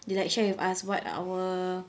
they like share with us what our